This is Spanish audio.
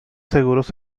seguros